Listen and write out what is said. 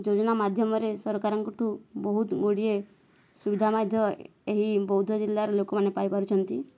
ଯୋଜନା ମାଧ୍ୟମରେ ସରକାରଙ୍କଠୁ ବହୁତ ଗୁଡ଼ିଏ ସୁବିଧା ମଧ୍ୟ ଏହି ବୌଦ୍ଧ ଜିଲ୍ଲାର ଲୋକମାନେ ପାଇ ପାରୁଛନ୍ତି